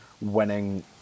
Winning